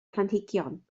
planhigion